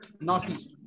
Northeast